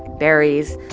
berries,